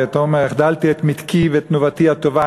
ותאמר: החדלתי את מתקי ואת תנובתי הטובה.